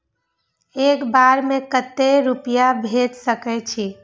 एक बार में केते रूपया भेज सके छी?